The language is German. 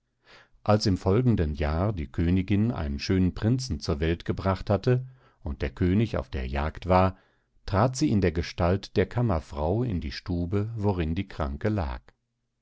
als im folgenden jahr die königin einen schönen prinzen zur welt gebracht hatte und der könig auf der jagd war trat sie in der gestalt der kammerfrau in die stube worin die kranke lag